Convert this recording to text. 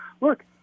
Look